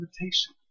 invitation